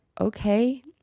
okay